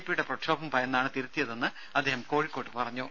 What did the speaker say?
പിയുടെ പ്രക്ഷോഭം ഭയന്നാണ് തിരുത്തിയതെന്നും അദ്ദേഹം കോഴിക്കോട് പറഞ്ഞു